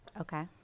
Okay